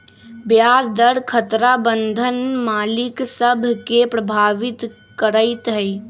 ब्याज दर खतरा बन्धन मालिक सभ के प्रभावित करइत हइ